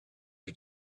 you